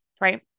right